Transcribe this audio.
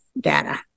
data